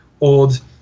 old